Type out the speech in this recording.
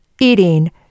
eating